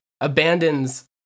abandons